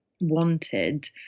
wanted